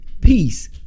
Peace